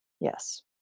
Yes